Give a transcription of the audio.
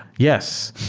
yes.